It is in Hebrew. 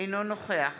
אינו נוכח